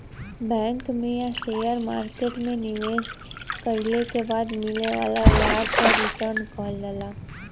bank में या share market में निवेश कइले के बाद मिले वाला लाभ क रीटर्न कहल जाला